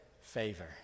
favor